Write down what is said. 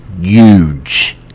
Huge